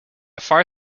far